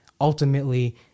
ultimately